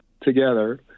together